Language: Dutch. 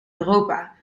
europa